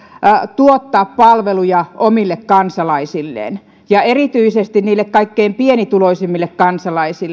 tuottaa palveluja omille kansalaisilleen ja erityisesti niille kaikkein pienituloisimmille kansalaisille